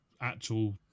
actual